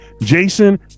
Jason